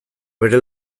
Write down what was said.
bere